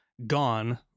gone